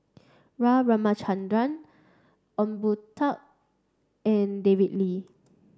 R Ramachandran Ong Boon Tat and David Lee